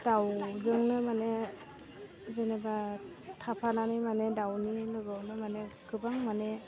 दाउजोंनो माने जेनेबा थाफानानै माने दाउनि लोगोआवनो माने गोबां माने